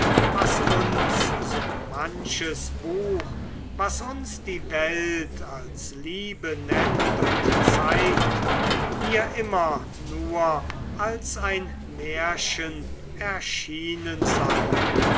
was uns so manches buch was uns die welt als liebe nennt und zeigt mir immer nur als ein märchen erschienen sei